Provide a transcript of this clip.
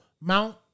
Mount